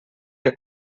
que